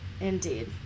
indeed